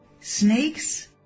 snakes